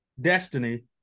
destiny